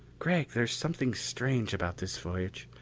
gregg, there's something strange about this voyage.